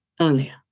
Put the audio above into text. earlier